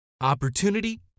Opportunity